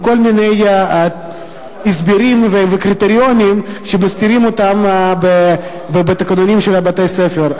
עם כל מיני הסברים וקריטריונים שמסתירים אותם בתקנונים של בתי-הספר.